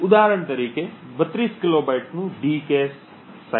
ઉદાહરણ તરીકે 32 કેલોબાઇટ્સનું ડી કૅશ કદ